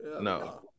No